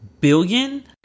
billion